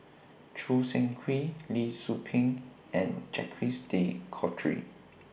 Choo Seng Quee Lee Tzu Pheng and Jacques De Coutre